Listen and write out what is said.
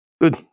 Good